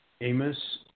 Amos